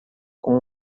com